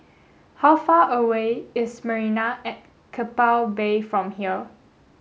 how far away is Marina at Keppel Bay from here